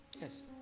Yes